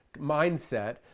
mindset